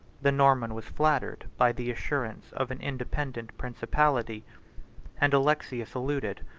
the norman was flattered by the assurance of an independent principality and alexius eluded,